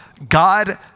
God